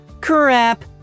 Crap